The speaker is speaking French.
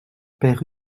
père